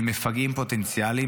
למפגעים פוטנציאליים,